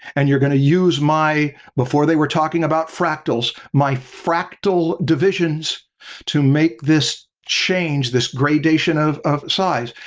and you're going to use my before they were talking about fractals. my fractal divisions to make this change, this gradation of of size.